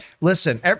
Listen